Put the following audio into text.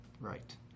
right